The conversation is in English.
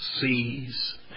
sees